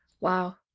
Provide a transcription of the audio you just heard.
Wow